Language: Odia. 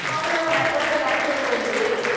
ହଁ ମୋତେ ବୋ ନାଇଁ କଲେ ଫେର୍ ନାଇଁ ଚଲିବ୍ ଏଇନି ଯେ